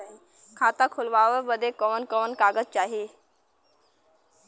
खाता खोलवावे बादे कवन कवन कागज चाही?